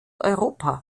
europa